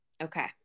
Okay